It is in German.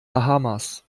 bahamas